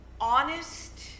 honest